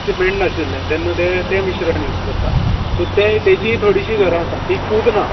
cement नाशिल्ले तेन्ना ते तें मिश्रण यूज करता सो तेंय तेजीय थोडीशीं घरां आसा ती खूब ना